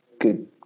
Good